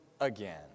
again